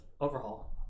Overhaul